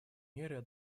меры